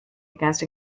against